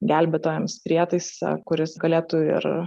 gelbėtojams prietaisą kuris galėtų ir